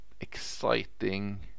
exciting